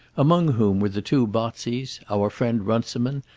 among whom were the two botseys, our friend runciman,